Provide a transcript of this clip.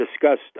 discussed